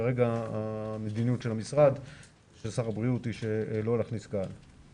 כרגע המדיניות של שר הבריאות היא שלא להכניס קהל.